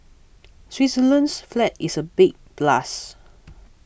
Switzerland's flag is a big plus